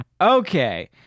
Okay